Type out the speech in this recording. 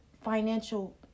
financial